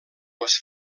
les